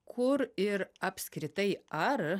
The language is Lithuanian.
kur ir apskritai ar